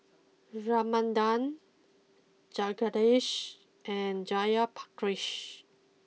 Ramanand Jagadish and Jayaprakash